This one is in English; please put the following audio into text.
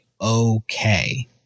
okay